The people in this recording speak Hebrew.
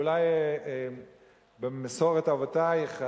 אולי במסורת אבותייך,